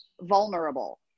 vulnerable